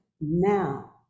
now